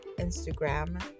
Instagram